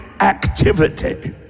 activity